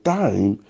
time